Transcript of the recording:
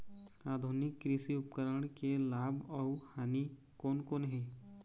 आधुनिक कृषि उपकरण के लाभ अऊ हानि कोन कोन हे?